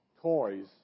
toys